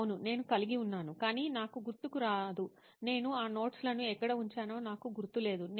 అవును నేను కలిగి ఉన్నాను కానీ నాకు గుర్తుకు రాదు నేను ఆ నోట్స్ లను ఎక్కడ ఉంచానో నాకు గుర్తులేదు